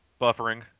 Buffering